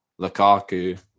Lukaku